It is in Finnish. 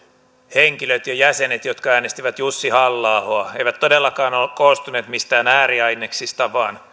henkilöt ja jäsenet jotka äänestivät jussi halla ahoa eivät todellakaan koostuneet mistään ääriaineksista